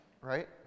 right